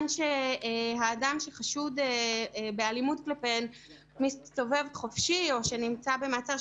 שהאדם שחשוד באלימות כלפיהן מסתובב חופשי או שנמצא במעצר,